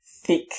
thick